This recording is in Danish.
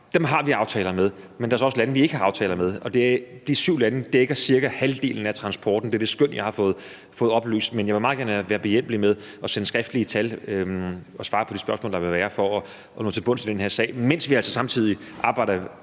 dem har vi aftaler med, men der er så også lande, vi ikke har aftaler med. De syv lande dækker cirka halvdelen af transporten. Det er det skøn, jeg har fået oplyst, men jeg vil meget gerne være behjælpelig med at sende skriftlige tal og svare på de spørgsmål, der vil være, for at nå til bunds i den her sag, mens vi altså samtidig arbejder